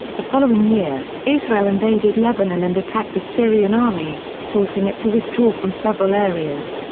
the following year, israel invaded lebanon and attacked the syrian army, forcing it to withdraw from several areas.